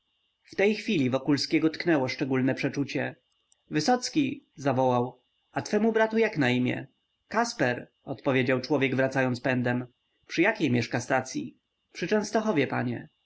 w tej chwili wokulskiego tknęło szczególne przeczucie wysocki zawołał a twemu bratu jak na imię kasper odpowiedział człowiek wracając pędem przy jakiej mieszka stacyi przy częstochowie panie